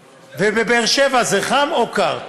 ובבאר שבע זה חם או קר?